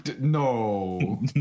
No